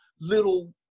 little